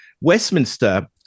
Westminster